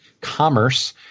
Commerce